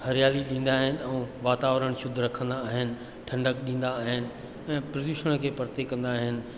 हरियाली ॾींदा आहिनि ऐं वातावरण शुद्ध रखंदा आहिनि ठंडक ॾींदा आहिनि ऐं प्रदूषण खे परिते कंदा आहिनि